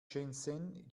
shenzhen